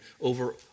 over